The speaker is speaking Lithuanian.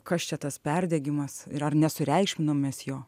kas čia tas perdegimas ir ar nesureikšminam mes jo